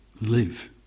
live